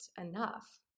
enough